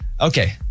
Okay